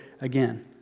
again